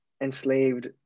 enslaved